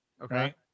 Okay